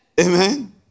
Amen